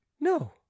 No